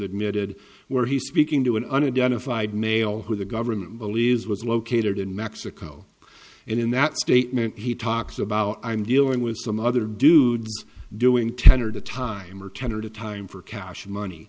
admitted where he's speaking to an unidentified male who the government believes was located in mexico and in that statement he talks about i'm dealing with some other dude doing ten or the time or ten or the time for cash money